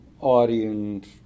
audience